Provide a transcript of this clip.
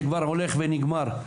שכבר הולך ונגמר,